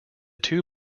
two